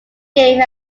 game